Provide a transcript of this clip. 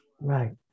Right